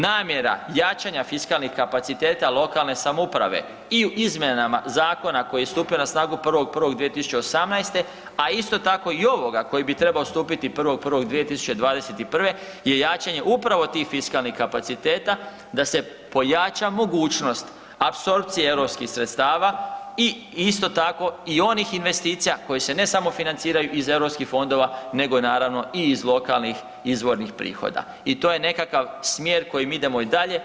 Namjera jačanja fiskalnih kapaciteta lokalne samouprave i izmjenama zakona koji je stupio na snagu 1.1.2018., a isto tako i ovoga koji bi trebao stupiti 1.1.2021. je jačanje upravo tih fiskalnih kapaciteta da se pojača mogućnost apsorpcije europskih sredstava i isto tako i onih investicija koje se ne samo financiraju iz europskih fondova nego i iz lokalnih izvornih prihoda i to je nekakav smjer kojim mi idemo i dalje.